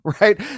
right